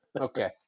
Okay